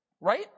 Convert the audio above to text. right